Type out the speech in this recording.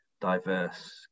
diverse